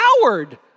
coward